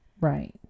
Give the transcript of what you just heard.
right